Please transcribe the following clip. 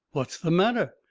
what's the matter?